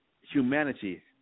humanity